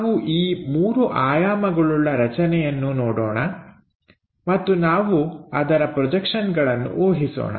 ನಾವು ಈ ಮೂರು ಆಯಾಮಗಳುಳ್ಳ ರಚನೆಯನ್ನು ನೋಡೋಣ ಮತ್ತು ನಾವು ಅದರ ಪ್ರೊಜೆಕ್ಷನ್ಗಳನ್ನು ಉಹಿಸೋಣ